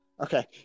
okay